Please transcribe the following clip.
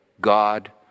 God